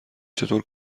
چطور